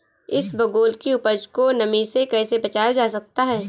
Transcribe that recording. इसबगोल की उपज को नमी से कैसे बचाया जा सकता है?